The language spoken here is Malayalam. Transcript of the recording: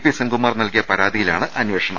പി സെൻകു മാർ നൽകിയ പരാതിയിലാണ് അന്വേഷണം